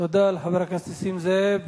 תודה לחבר הכנסת נסים זאב.